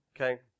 Okay